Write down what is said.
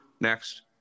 next